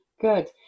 Good